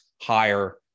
higher